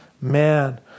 man